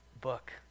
book